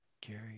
Gary